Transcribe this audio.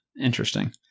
Interesting